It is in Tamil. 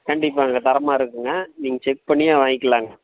கண்டிப்பாகங்க தரமாக இருக்குங்க நீங்கள் செக் பண்ணியே வாங்கிக்கலாம்ங்க